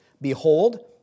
behold